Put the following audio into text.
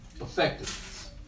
effectiveness